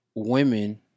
Women